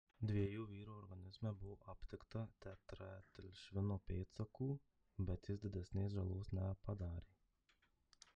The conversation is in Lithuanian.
dviejų vyrų organizme buvo aptikta tetraetilšvino pėdsakų bet jis didesnės žalos nepadarė